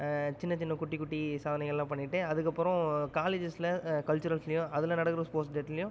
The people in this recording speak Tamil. சின்ன சின்ன குட்டி குட்டி சாதனைகள்லாம் பண்ணிட்டு அதுக்கப்பறம் காலேஜஸில் கல்ச்சுரல்ஸ்லியும் அதில் நடக்கிற ஸ்போர்ட்ஸ் டேட்லியும்